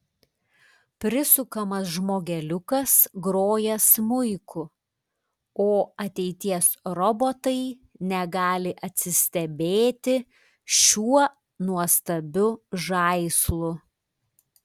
prisukamas žmogeliukas groja smuiku o ateities robotai negali atsistebėti šiuo nuostabiu žaislu